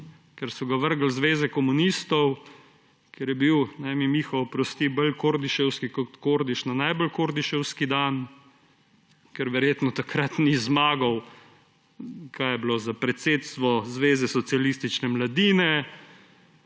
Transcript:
Ker so ga vrgli iz Zveze komunistov, ker je bil, naj mi Miha oprosti, bolj kordiševski kot Kordiš na najbolj kordiševski dan, ker verjetno takrat ni zmagal za predsedstvo Zveze socialistične mladine,